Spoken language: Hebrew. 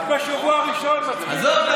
אתם בשבוע הראשון מצביעים נגד האינטרס של מדינת ישראל.